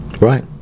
Right